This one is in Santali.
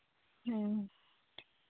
ᱦᱮᱸ